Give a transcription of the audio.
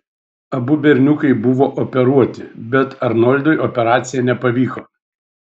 abu berniukai buvo operuoti bet arnoldui operacija nepavyko